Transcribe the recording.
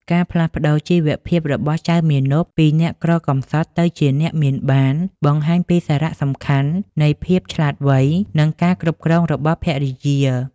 ការផ្លាស់ប្តូរជីវភាពរបស់ចៅមាណពពីអ្នកក្រកំសត់ទៅជាអ្នកមានបានបង្ហាញពីសារៈសំខាន់នៃភាពឆ្លាតវៃ និងការគ្រប់គ្រងរបស់ភរិយា។